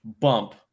bump